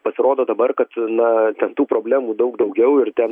pasirodo dabar kad na ten tų problemų daug daugiau ir ten